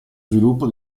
sviluppo